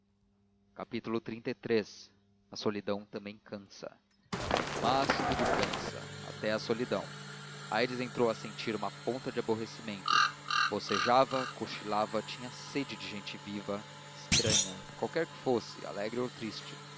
dizer o nome xxxiii a solidão também cansa mas tudo cansa até a solidão aires entrou a sentir uma ponta de aborrecimento bocejava cochilava tinha sede de gente viva estranha qualquer que fosse alegre ou triste